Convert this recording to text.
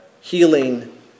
healing